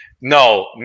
No